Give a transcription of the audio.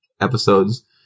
episodes